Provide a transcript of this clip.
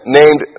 named